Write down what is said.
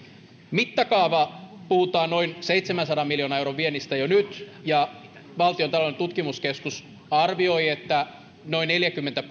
mittakaava puhutaan noin seitsemänsadan miljoonan euron viennistä jo nyt valtion taloudellinen tutkimuskeskus arvioi että noin neljäkymmentä